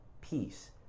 peace